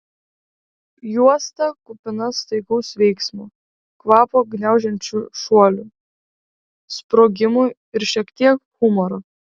juosta kupina staigaus veiksmo kvapą gniaužiančių šuolių sprogimų ir šiek tiek humoro